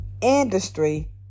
industry